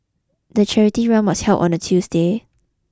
the charity run was held on a Tuesday